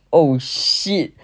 oh shit